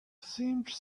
seemed